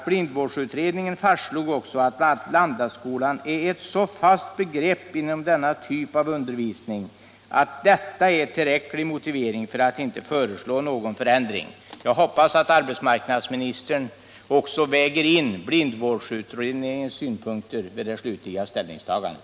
Blindvårdsutredningen fastslog också att Landaskolan är ett så fast begrepp inom denna typ av undervisning att detta är tillräcklig motivering för att inte föreslå någon förändring. Jag hoppas att arbetsmarknadsministern också väger in blindvårdsutredningens synpunkter vid det slutliga ställningstagandet.